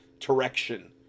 direction